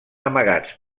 amagats